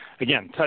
again